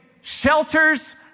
shelters